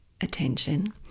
attention